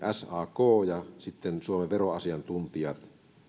sak ja sitten suomen veroasiantuntijat